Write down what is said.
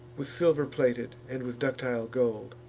with silver plated, and with ductile gold.